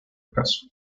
escaso